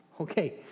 okay